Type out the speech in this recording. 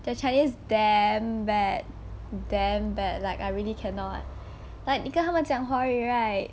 their chinese damn bad damn bad like I really cannot like because 他们讲华语 right